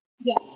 Yes